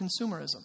consumerism